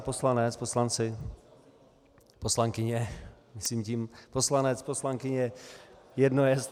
Poslanec, poslanci, poslankyně, myslím tím poslanec, poslankyně jedno jest.